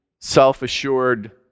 self-assured